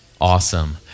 awesome